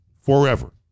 forever